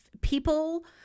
People